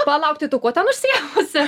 palaukt tai tu kuo ten užsiėmusi